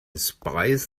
spies